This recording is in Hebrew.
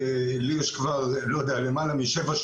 לי יש כבר למעלה משבע,